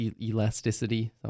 Elasticity